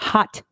Hot